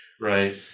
Right